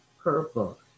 purple